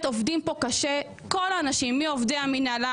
עובדים כאן קשה כל האנשים מעובדי המינהלה,